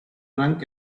drunk